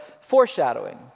foreshadowing